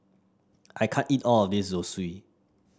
I can't eat all of this Zosui